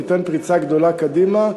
תיתן פריצה גדולה קדימה,